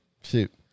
Shoot